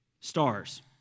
stars